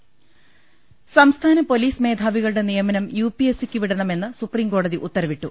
ൾ ൽ ൾ സംസ്ഥാന പൊലീസ് മേധാവികളുടെ നിയമനം യു പി എസ് സിക്കു വിടണമെന്ന് സുപ്രീംകോടതി ഉത്തരവിട്ടു